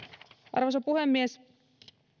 arvoisa puhemies